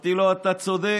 אמרתי לו: אתה צודק.